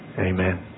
Amen